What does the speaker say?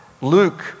Luke